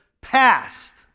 passed